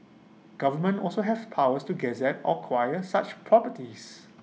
government also have powers to gazette or quire such properties